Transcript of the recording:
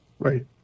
Right